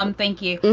um thank you.